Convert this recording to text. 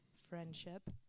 friendship